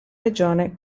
regione